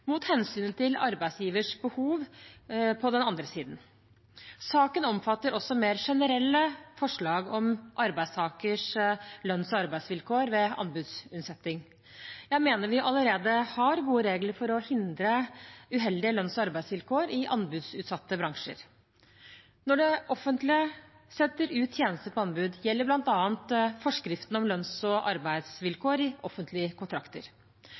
mot hensynet til arbeidsgivernes behov på den andre siden. Saken omfatter også mer generelle forslag om arbeidstakeres lønns- og arbeidsvilkår ved anbudsutsetting. Jeg mener vi allerede har gode regler for å hindre uheldige lønns- og arbeidsvilkår i anbudsutsatte bransjer. Når det offentlige setter ut tjenester på anbud, gjelder bl.a. forskriften om lønns- og arbeidsvilkår i offentlige kontrakter.